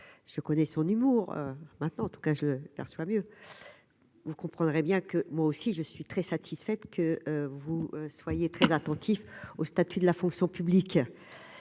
je connais son humour maintenant en tout cas je perçois mieux vous comprendrez bien que moi aussi je suis très satisfaite que vous soyez très attentifs au statut de la fonction publique,